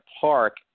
Park